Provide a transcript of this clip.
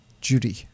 Judy